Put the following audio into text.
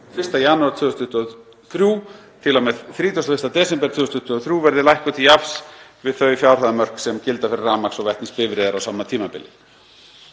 1. janúar 2023 til og með 31. desember 2023 verði lækkuð til jafns við þau fjárhæðarmörk sem gilda fyrir rafmagns- og vetnisbifreiðar á sama tímabili.